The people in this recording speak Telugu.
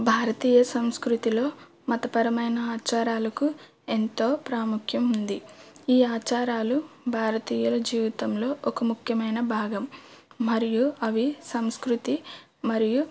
భారతీయ సంస్కృతిలో మతపరమైన ఆచారాలకు ఎంతో ప్రాముఖ్యం ఉంది ఈ ఆచారాలు భారతీయుల జీవితంలో ఒక ముఖ్యమైన భాగం మరియు అవి సంస్కృతి మరియు